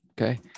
okay